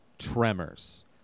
tremors